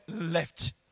left